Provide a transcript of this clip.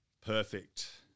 perfect